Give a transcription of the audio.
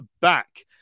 back